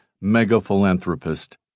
mega-philanthropist